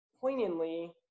poignantly